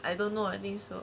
I don't know I think so